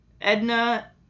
Edna